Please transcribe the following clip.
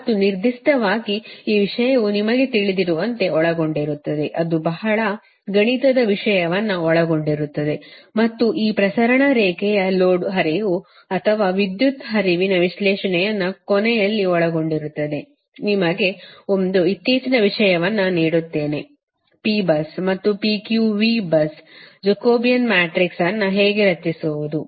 ಮತ್ತು ನಿರ್ದಿಷ್ಟವಾಗಿ ಈ ವಿಷಯವು ನಿಮಗೆ ತಿಳಿದಿರುವಂತೆ ಒಳಗೊಂಡಿರುತ್ತದೆ ಅದು ಬಹಳ ಗಣಿತದ ವಿಷಯನ್ನು ಒಳಗೊಂಡಿರುತ್ತದೆ ಮತ್ತು ಈ ಪ್ರಸರಣ ರೇಖೆಯ ಲೋಡ್ ಹರಿವು ಅಥವಾ ವಿದ್ಯುತ್ ಹರಿವಿನ ವಿಶ್ಲೇಷಣೆಯನ್ನು ಕೊನೆಯಲ್ಲಿ ಒಳಗೊಂಡಿರುತ್ತದೆ ನಿಮಗೆ ಒಂದು ಇತ್ತೀಚಿನ ವಿಷಯವನ್ನು ನೀಡುತ್ತೇನೆ P bus ಮತ್ತು P Q V bus Jacobian matrix ಅನ್ನು ಹೇಗೆ ರಚಿಸುವುದು